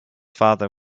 father